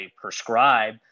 prescribe